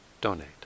donate